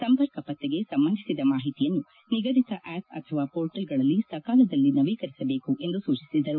ಸಂಪರ್ಕ ಪತ್ತೆಗೆ ಸಂಬಂಧಿಸಿದ ಮಾಹಿತಿಯನ್ನು ನಿಗದಿತ ಆಸ್ ಅಥವಾ ಪೋರ್ಟಲ್ಗಳಲ್ಲಿ ಸಕಾಲದಲ್ಲಿ ನವೀಕರಿಸಬೇಕು ಎಂದು ಸೂಚಿಸಿದರು